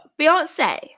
Beyonce